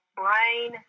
brain